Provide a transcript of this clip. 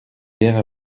guerre